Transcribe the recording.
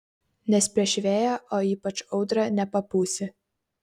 nes prieš vėją o ypač audrą nepapūsi